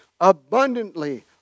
abundantly